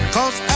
Cause